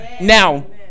Now